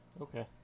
Okay